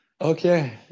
Okay